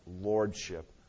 lordship